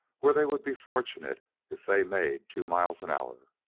where they would be fortunate if they made two miles an hour.